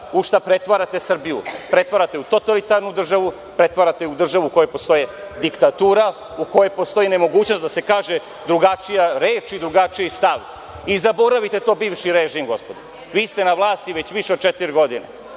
u šta pretvarate Srbiju. Pretvarate je u totalitarnu državu, pretvarate je u državu u kojoj postoji diktatura, u kojoj postoji nemogućnost da se kaže drugačija reč i drugačiji stav. Zaboravite to bivši režim, gospodo. Vi ste na vlasti već više od četiri godine.